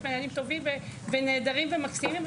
יש מנהלים טובים ונהדרים ומקסימים,